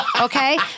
Okay